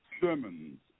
sermons